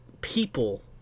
people